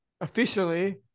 officially